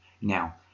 Now